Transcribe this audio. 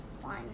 One